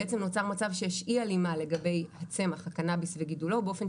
בעצם נוצר מצב שיש אי הלימה לגבי צמח הקנביס וגידולו באופן